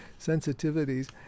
sensitivities